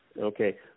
Okay